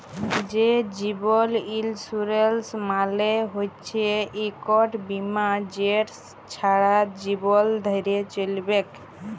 যে জীবল ইলসুরেলস মালে হচ্যে ইকট বিমা যেট ছারা জীবল ধ্যরে চ্যলবেক